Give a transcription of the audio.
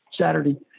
Saturday